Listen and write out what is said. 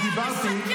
אני דיברתי,